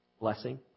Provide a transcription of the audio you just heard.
blessing